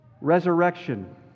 Resurrection